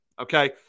okay